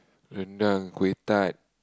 rendang Kuih Tart